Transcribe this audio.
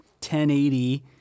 1080